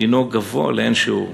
גבוה לאין שיעור.